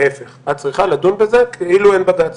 להיפך, את צריכה לדון בזה כאילו אין בג"צ.